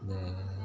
இந்த